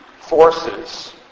forces